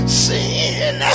sin